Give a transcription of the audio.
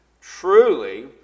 truly